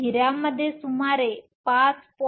तर हिऱ्यामध्ये सुमारे 5